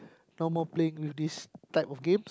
no more playing with this type of game